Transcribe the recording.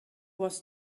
was